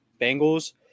Bengals